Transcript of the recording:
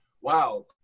wow